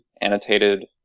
annotated